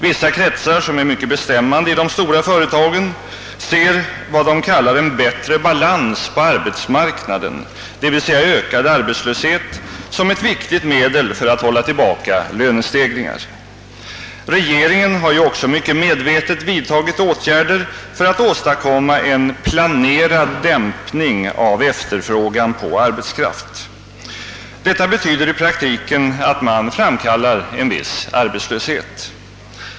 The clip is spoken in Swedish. Vissa kretsar, som är mycket bestämmande i de stora företagen, ser vad de kallar en bättre balans på arbetsmarknaden, d.v.s. ökad arbetslöshet, som ett viktigt medel för att hålla tillbaka lönestegringar. Regeringen har också mycket medvetet vidtagit åtgärder för att åstadkomma en planerad dämpning av efterfrågan på arbetskraft. Detta betyder i praktiken att man framkallar en viss arbetslöshet.